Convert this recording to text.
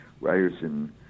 Ryerson